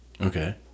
Okay